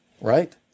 right